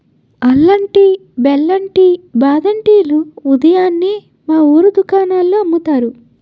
అల్లం టీ, బెల్లం టీ, బాదం టీ లు ఉదయాన్నే మా వూరు దుకాణాల్లో అమ్ముతారు